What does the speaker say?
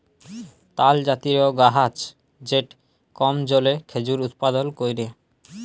তালজাতীয় গাহাচ যেট কম জলে খেজুর উৎপাদল ক্যরে